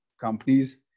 companies